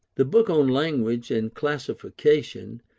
the book on language and classification,